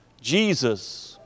Jesus